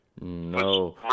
No